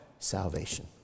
Salvation